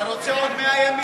אתה רוצה עוד 100 ימים?